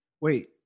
Wait